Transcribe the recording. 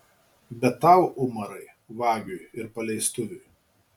bet tau umarai vagiui ir paleistuviui